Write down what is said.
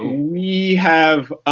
we have